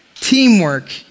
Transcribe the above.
Teamwork